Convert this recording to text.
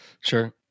Sure